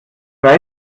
weiß